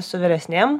su vyresnėm